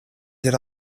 did